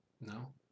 No